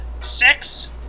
six